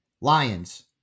Lions